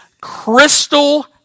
crystal